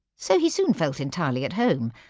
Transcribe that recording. so he soon felt entirely at home.